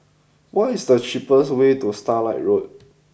what is the cheapest way to Starlight Road